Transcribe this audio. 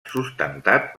sustentat